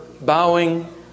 bowing